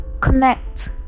connect